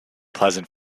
pleasant